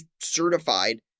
certified